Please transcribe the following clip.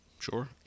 Sure